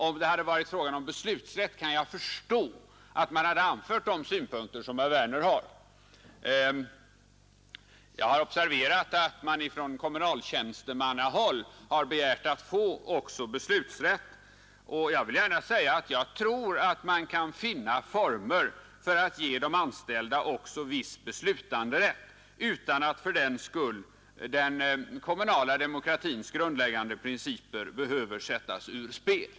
Om det hade varit fråga om beslutsrätt hade jag kunnat förstå att herr Werner anförde dessa synpunkter. Jag har observerat att man från kommunaltjänstemannahåll har begärt att också få beslutsrätt, och jag vill gärna säga att jag tror man kan finna former för att ge de anställda också viss beslutanderätt utan att fördenskull den kommunala demokratins grundläggande principer behöver sättas ur spel.